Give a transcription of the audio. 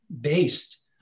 based